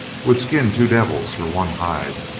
would skin two devils for one hide